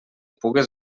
pugues